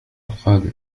القادم